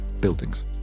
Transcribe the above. buildings